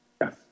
Yes